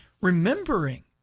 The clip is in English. remembering